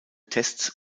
tests